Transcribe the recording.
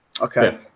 Okay